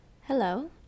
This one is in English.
Hello